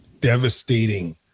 devastating